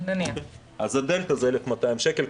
אז הדלתא זה 1,200 שקל.